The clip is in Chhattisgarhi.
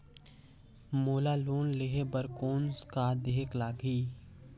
मोला लोन लेहे बर कौन का देहेक लगही?